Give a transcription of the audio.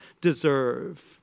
deserve